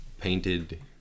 painted